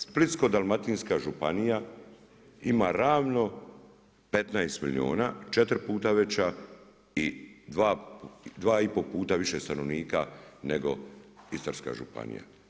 Splitsko-dalmatinska županija ima ravno 15 milijuna, 4 puta veća i 2 i pol puta više stanovnika nego Istarska županija.